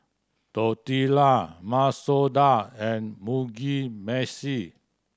Tortilla Masoor Dal and Mugi